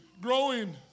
growing